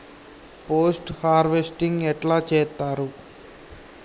Post harvesting ఎట్ల చేత్తరు?